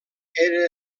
era